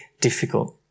difficult